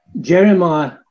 jeremiah